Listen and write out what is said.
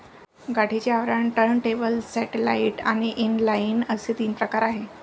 गाठीचे आवरण, turntable, satellite आणि इनलाइन असे तीन प्रकार आहे